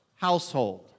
household